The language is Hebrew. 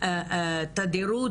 תדירות